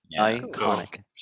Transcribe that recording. Iconic